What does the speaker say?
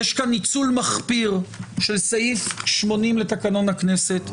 יש כאן ניצול מכפיר של סעיף 80 לתקנון הכנסת,